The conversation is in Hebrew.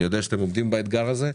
אני יודע שאתם עומדים באתגר הזה,